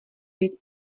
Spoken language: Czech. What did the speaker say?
být